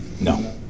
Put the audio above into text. No